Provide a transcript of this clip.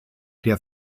der